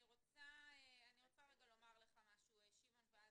אני רוצה רגע לומר לך משהו, שמעון.